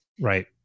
Right